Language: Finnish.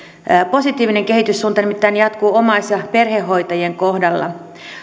positiivinen kehityssuunta nimittäin jatkuu omais ja perhehoitajien kohdalla